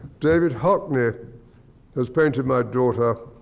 david hockney has painted my daughter,